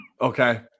Okay